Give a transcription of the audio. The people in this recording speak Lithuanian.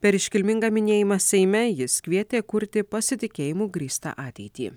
per iškilmingą minėjimą seime jis kvietė kurti pasitikėjimu grįstą ateitį